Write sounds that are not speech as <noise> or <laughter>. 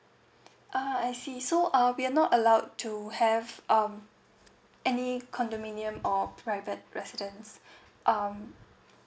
uh I see so uh we are not allowed to have um any condominium or private residence <breath> um